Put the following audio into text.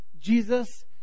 Jesus